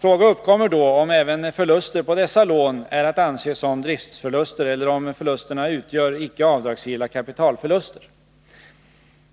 Frågan uppkommer då om även förluster på dessa lån är att anse som driftförluster eller om förlusterna utgör icke avdragsgilla kapitalförluster.